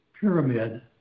pyramid